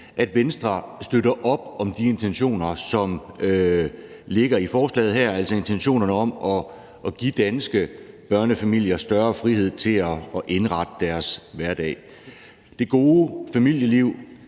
at Venstre støtter op om de intentioner, som ligger i forslaget her, altså intentionerne om at give danske børnefamilier større frihed til at indrette deres hverdag. Det gode familieliv